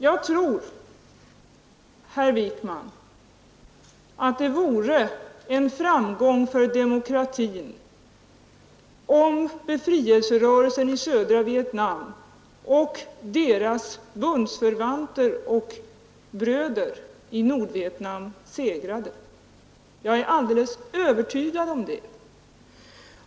Jag tror, herr Wijkman, att det vore en framgång för demokratin om befrielserörelsen i södra Vietnam och dess bundsförvanter och bröder i Nordvietnam segrade. Jag är alldeles övertygad om det.